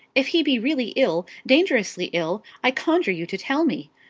if he be really ill, dangerously ill, i conjure you to tell me.